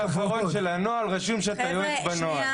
רשום שאתה יועץ בנוהל.